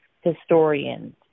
historians